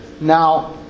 Now